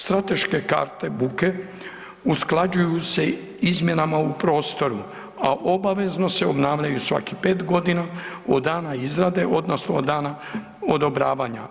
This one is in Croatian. Strateške karte buke usklađuju se izmjenama u prostoru, a obavezno se obnavljaju svakih pet godina od dana izrade odnosno od dana odobravanja.